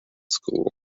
school